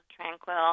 tranquil